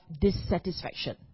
dissatisfaction